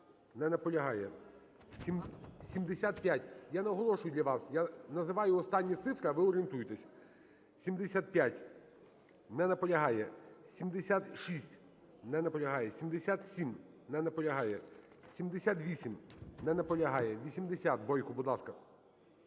Не наполягає. 75. Я наголошую для вас, я називаю останні цифри, а ви орінтуйтесь. 75. Не наполягає. 76. Не наполягає. 77. Не наполягає. 78. Не наполягає. 80. Бойко, будь ласка.